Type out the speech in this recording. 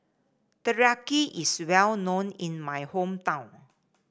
teriyaki is well known in my hometown